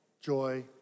joy